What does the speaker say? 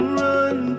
run